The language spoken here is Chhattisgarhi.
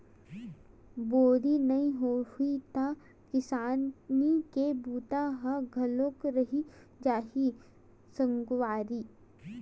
बोरी नइ होही त किसानी के बूता ह अधुरा रहि जाही सगवारी